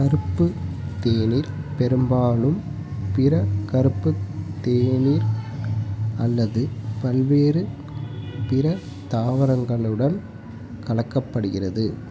கருப்பு தேநீர் பெரும்பாலும் பிற கருப்பு தேநீர் அல்லது பல்வேறு பிற தாவரங்களுடன் கலக்கப்படுகிறது